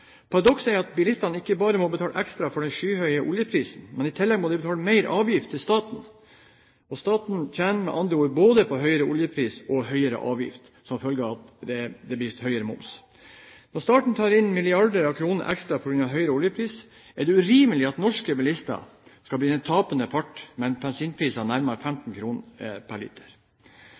er at bilistene ikke bare må betale ekstra for den skyhøye oljeprisen, men i tillegg må de betale mer avgift til staten. Staten tjener med andre ord på både høyere oljepris og høyere avgift som følge av at det blir høyere moms. Når staten tar inn milliarder av kroner ekstra på grunn av høyere oljepris, er det urimelig at norske bilister skal bli den tapende part, med bensinpriser nærmere 15 kr per liter.